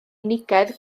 unigedd